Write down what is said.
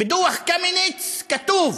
בדוח קמיניץ כתוב